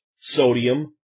sodium